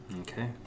Okay